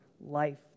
life